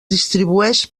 distribueix